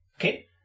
Okay